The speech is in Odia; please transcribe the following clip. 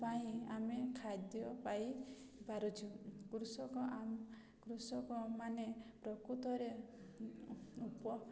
ପାଇଁ ଆମେ ଖାଦ୍ୟ ପାଇ ପାରୁଛୁ କୃଷକ ଆମ କୃଷକମାନେ ପ୍ରକୃତରେ ଉପ